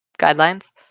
guidelines